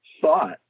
thought